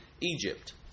Egypt